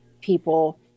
people